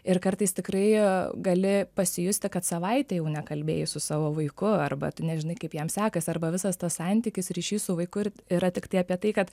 ir kartais tikrai gali pasijusti kad savaitę jau nekalbėjai su savo vaiku arba tu nežinai kaip jam sekasi arba visas tas santykis ryšys su vaiku yra tiktai apie tai kad